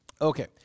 Okay